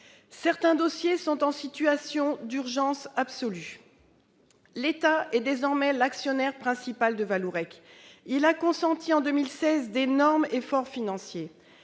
Certains dossiers présentent un caractère d'urgence absolue. L'État est désormais l'actionnaire principal de Vallourec. Il a consenti en 2016 d'énormes efforts financiers.